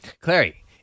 Clary